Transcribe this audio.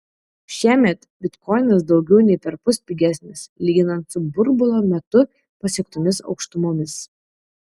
šiemet bitkoinas daugiau nei perpus pigesnis lyginant su burbulo metu pasiektomis aukštumomis